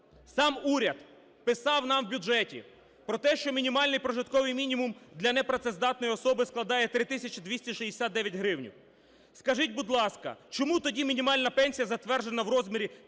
Сам уряд писав нам в бюджеті про те, що мінімальний прожитковий мінімум для непрацездатної особи складає 3 тисячі 269 гривень. Скажіть, будь ласка, чому тоді мінімальна пенсія затверджена в розмірі